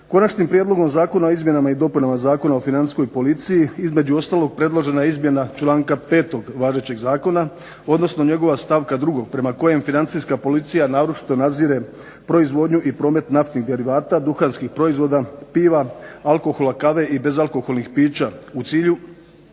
Konačnim prijedlogom zakona o izmjenama i dopunama Zakona o financijskoj policiji između ostalog predložena je izmjena članka 5. važećeg zakona odnosno njegova stavka 2. prema kojem Financijska policija naročito nadzire proizvodnju i promet naftnih derivata, duhanskih proizvoda, piva, alkohola, kave i bezalkoholnih pića u cilju